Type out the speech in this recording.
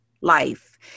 life